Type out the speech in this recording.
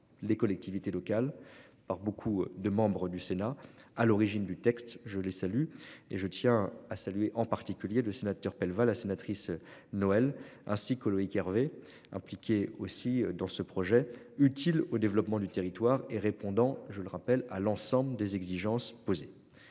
les collectivités locales par beaucoup de membres du Sénat à l'origine du texte. Je les salue et je tiens à saluer en particulier le sénateur Pell va la sénatrice Noël ainsi que Loïc Hervé impliqués aussi dans ce projet utile au développement du territoire et répondant, je le rappelle à l'ensemble des exigences posées.